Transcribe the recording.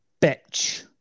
Bitch